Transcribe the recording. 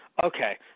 Okay